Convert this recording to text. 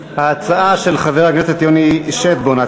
ההצעה של חבר הכנסת יוני שטבון,